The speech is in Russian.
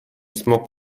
смог